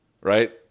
Right